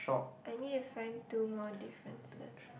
I need to find two more differences